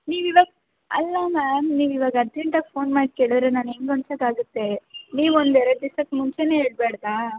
ನೀವು ಇವಾಗ ಅಲ್ಲ ಮ್ಯಾಮ್ ನೀವು ಇವಾಗ ಅರ್ಜೆಂಟಾಗಿ ಫೋನ್ ಮಾಡಿ ಕೇಳಿದ್ರೆ ನಾನು ಹೆಂಗ್ ಹೊಂದ್ಸಕ್ ಆಗುತ್ತೆ ನೀವೊಂದು ಎರಡು ದಿಸಕ್ಕೆ ಮುಂಚೆನೆ ಹೇಳ್ಬಾರ್ದ